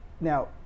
now